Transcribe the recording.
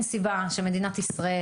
אין סיבה שלמדינת ישראל,